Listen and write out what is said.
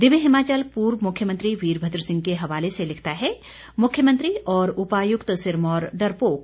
दिव्य हिमाचल पूर्व मुख्यमंत्री वीरभद्र सिंह के हवाले से लिखता है मुख्यमंत्री और उपायुक्त सिरमौर डरपोक